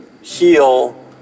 heal